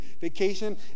vacation